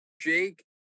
Jake